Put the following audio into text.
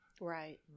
Right